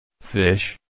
Fish